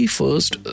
first